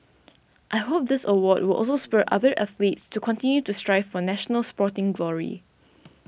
I hope this award will also spur other athletes to continue to strive for national sporting glory